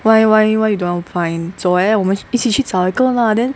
why why why you dont want to find 走 eh 我们一起去找一个 lah then